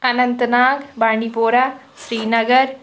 Anant Nag Bandipora Srinagar